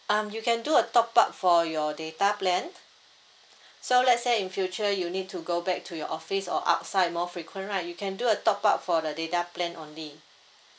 um you can do a top up for your data plan so let's say in future you need to go back to your office or outside more frequent right you can do a top up for the data plan only